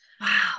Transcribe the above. Wow